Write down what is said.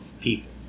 people